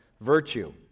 virtue